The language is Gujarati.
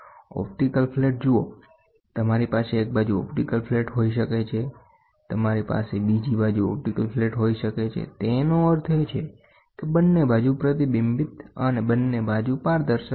ઓપ્ટિકલ ફ્લેટ જુઓ તમારી પાસે એક બાજુ ઓપ્ટિકલ ફ્લેટ હોઈ શકે છે તમારી પાસે 2 બાજુ ઓપ્ટિકલ ફ્લેટ હોઈ શકે છે તેનો અર્થ એ છે કે બંને બાજુ પ્રતિબિંબિત અને બંને બાજુ પારદર્શક